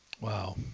Wow